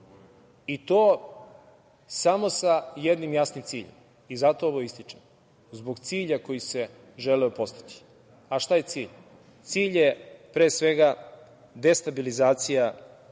i to samo sa jednim jasnim ciljem, zato ovo ističem, zbog cilja koji se želeo postići. Šta je cilj? Cilj je pre svega, destabilizacija